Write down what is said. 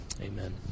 Amen